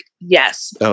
yes